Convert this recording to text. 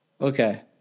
Okay